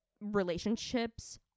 relationships